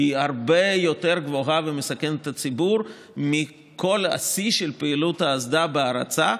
היא הרבה יותר גבוהה ומסכנת את הציבור מכל השיא של פעילות האסדה בהרצה.